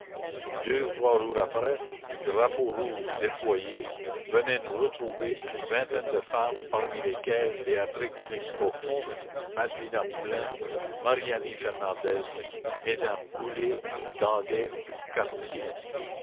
deux ou trois jours après drapeau rouge déployé venaient nous retrouver une vingtaine de femmes parmi lesquelles béatrix excoffons malvina poulain mariani fernandez mesdames goullé danguet quartier